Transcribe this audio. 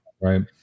Right